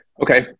Okay